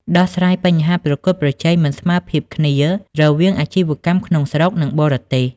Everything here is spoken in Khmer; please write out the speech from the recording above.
ដោះស្រាយបញ្ហាប្រកួតប្រជែងមិនស្មើភាពគ្នា រវាងអាជីវកម្មក្នុងស្រុក និងបរទេស។